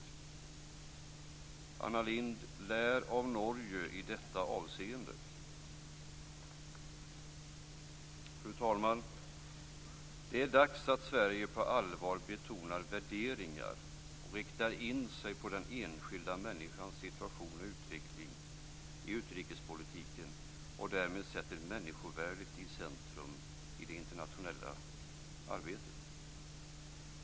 Anna Lindh, lär av Norge i detta avseende. Fru talman! Det är dags att Sverige på allvar betonar värderingar och riktar in sig på den enskilda människans situation och utveckling i utrikespolitiken och därmed sätter människovärdet i centrum i det internationella arbetet.